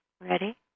Ready